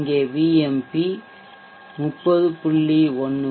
இங்கே V M P 30